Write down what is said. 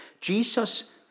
Jesus